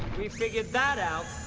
we figured that out.